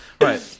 right